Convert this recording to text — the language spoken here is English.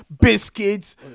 biscuits